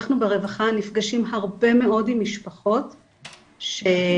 אנחנו ברווחה נפגשים הרבה מאוד עם משפחות שמסתירים,